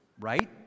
right